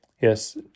Yes